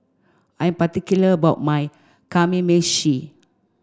I'm particular about my Kamameshi